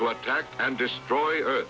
to attack and destroy